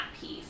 piece